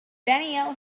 danielle